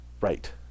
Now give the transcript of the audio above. Right